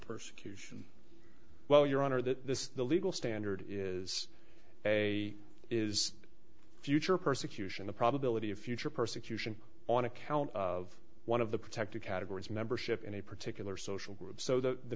persecution well your honor that this is the legal standard is a is a future persecution the probability of future persecution on account of one of the protected categories membership in a particular social group so the